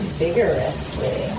vigorously